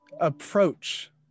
approach